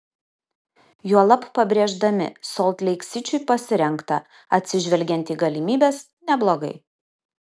juolab pabrėždami solt leik sičiui pasirengta atsižvelgiant į galimybes neblogai